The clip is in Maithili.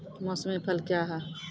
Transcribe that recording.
मौसमी फसल क्या हैं?